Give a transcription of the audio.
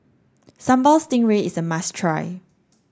Sambal Stingray is a must try